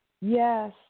Yes